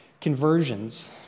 conversions